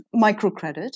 microcredit